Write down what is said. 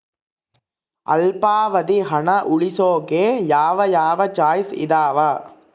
ಅಲ್ಪಾವಧಿ ಹಣ ಉಳಿಸೋಕೆ ಯಾವ ಯಾವ ಚಾಯ್ಸ್ ಇದಾವ?